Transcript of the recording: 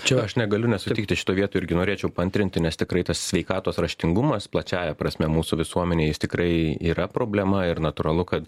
čia aš negaliu nesutikti šitoj vietoj irgi norėčiau paantrinti nes tikrai tas sveikatos raštingumas plačiąja prasme mūsų visuomenėj jis tikrai yra problema ir natūralu kad